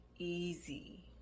easy